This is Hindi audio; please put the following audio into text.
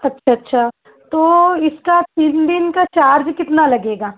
अच्छा अच्छा तो इसका तीन दिन का चार्ज कितना लगेगा